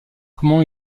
comment